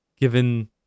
given